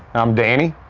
i'm danny.